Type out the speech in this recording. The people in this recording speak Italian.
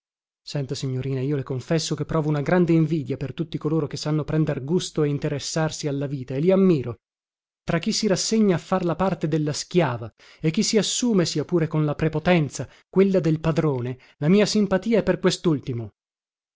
senta signorina io le confesso che provo una grande invidia per tutti coloro che sanno prender gusto e interessarsi alla vita e li ammiro tra chi si rassegna a far la parte della schiava e chi si assume sia pure con la prepotenza quella del padrone la mia simpatia è per